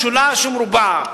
משולש ומרובע,